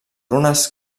runes